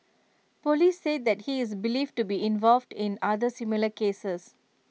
Police said that he is believed to be involved in other similar cases